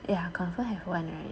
ya confirm have [one] right